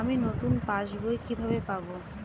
আমি নতুন পাস বই কিভাবে পাব?